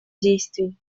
действий